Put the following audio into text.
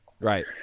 Right